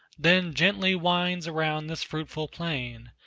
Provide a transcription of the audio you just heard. then gently winds around this fruitful plain,